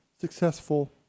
successful